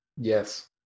yes